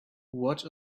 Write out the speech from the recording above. what